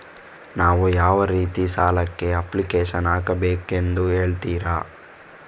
ನಾನು ಯಾವ ರೀತಿ ಸಾಲಕ್ಕೆ ಅಪ್ಲಿಕೇಶನ್ ಹಾಕಬೇಕೆಂದು ಹೇಳ್ತಿರಾ?